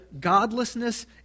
godlessness